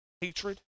hatred